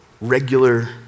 regular